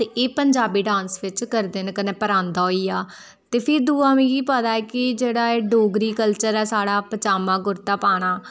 ते एह् पंजाबी डांस बिच्च करदे न ते कन्नै परांदा होई गेआ ते फ्ही दूआ मिकी पता ऐ कि जेह्ड़ा एह् डोगरी कल्चर ऐ साढ़ा पजामा कुर्ता पाना